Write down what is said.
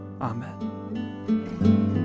Amen